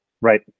Right